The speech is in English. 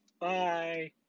Bye